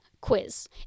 quiz